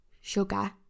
sugar